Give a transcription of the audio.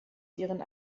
ihren